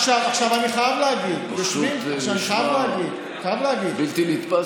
עכשיו, אני חייב להגיד, פשוט נשמע בלתי נתפס.